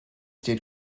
did